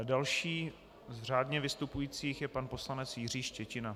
Další z řádně vystupujících je pan poslanec Jiří Štětina.